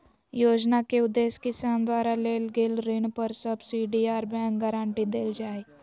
योजना के उदेश्य किसान द्वारा लेल गेल ऋण पर सब्सिडी आर बैंक गारंटी देल जा हई